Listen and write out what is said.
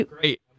great